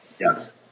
Yes